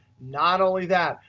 not only that,